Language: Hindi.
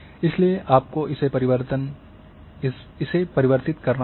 इसलिए आपको इसे परिवर्तित करना होगा